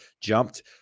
jumped